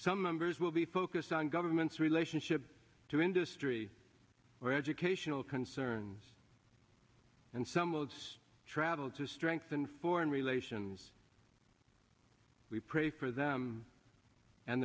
some members will be focused on government's relationship to industry or educational concerns and some of those travel to strengthen foreign relations we pray for them and